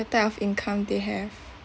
the type of income they have